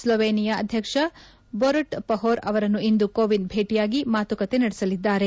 Slovenia ಅಧ್ಯಕ್ಷ Borut Pahor ಅವರನ್ನು ಇಂದು ಕೋವಿಂದ್ ಭೇಟಿಯಾಗಿ ಮಾತುಕತೆ ನಡೆಸಲಿದ್ದಾರೆ